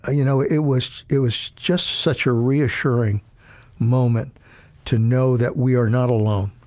ah you know, it was, it was just such a reassuring moment to know that we are not alone,